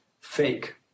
fake